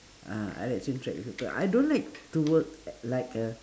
uh I like to interact with people I don't like to work a~ like a